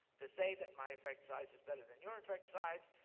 to say that my effect size is better than your effect size,